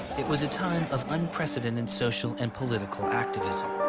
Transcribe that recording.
it was a time of unprecedent and social and political activism